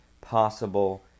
possible